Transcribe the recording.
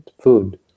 food